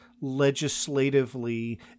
legislatively